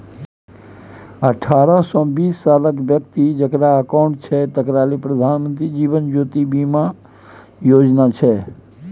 अठारहसँ बीस सालक बेकती जकरा अकाउंट छै तकरा लेल प्रधानमंत्री जीबन ज्योती बीमा योजना छै